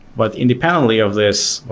but independently of this,